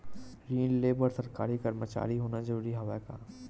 ऋण ले बर सरकारी कर्मचारी होना जरूरी हवय का?